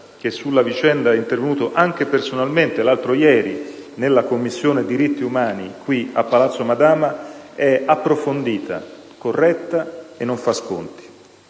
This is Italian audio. che sulla vicenda è intervenuto anche personalmente l'altro ieri nella Commissione diritti umani qui, a Palazzo Madama, è approfondita, corretta e non fa sconti.